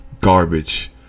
garbage